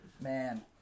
Man